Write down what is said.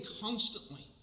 constantly